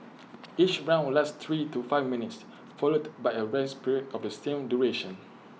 each round lasts three to five minutes followed by A rest period of the same duration